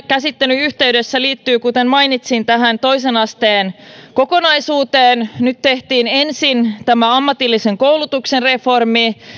käsittelyn yhteydessä liittyy kuten mainitsin toisen asteen kokonaisuuteen nyt tehtiin ensin tämä ammatillisen koulutuksen reformi